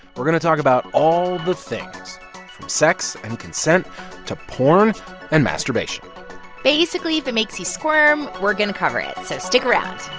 we're going to talk about all the things from sex and consent to porn and masturbation basically, if it makes you squirm, we're going to cover it, so stick around